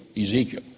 Ezekiel